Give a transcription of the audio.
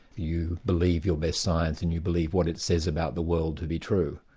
you believe your best science and you believe what it says about the world to be true.